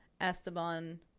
Esteban